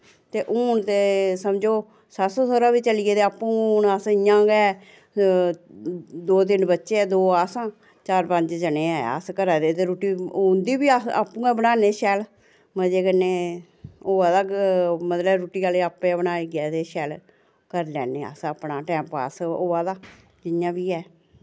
ते हून ते समझो सस्स सौह्रा बी चली गेदे आपूं हून अस इ'यां गै दो तिन्न बच्चे ऐं दो अस आं चार पंज जने ऐं अस घरा दे ते रुट्टी उं'दी बी अस आपूं गै बनान्ने शैल मजे कन्नै होऐ ते मतलब रुट्टी आह्ले आपै बनाइयै ते शैल करी लैन्ने अपना टैम पास होआ दा जि'यां बी ऐ